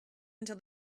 until